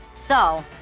so,